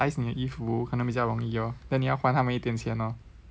advertise 你的衣服可能比较容易 lor 你要还他们一点钱 lor